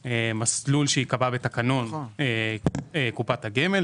על פי מסלול שייקבע בתקנון קופת הגמל,